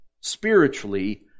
spiritually